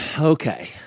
Okay